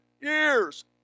years